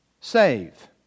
save